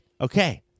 okay